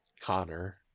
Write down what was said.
Connor